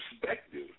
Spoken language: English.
perspective